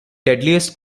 deadliest